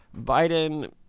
Biden